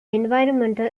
environmental